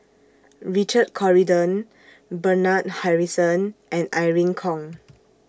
Richard Corridon Bernard Harrison and Irene Khong